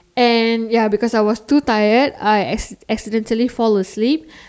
and ya because I was too tired I as accidentally fall asleep